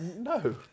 No